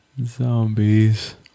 zombies